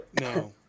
No